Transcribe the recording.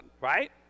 Right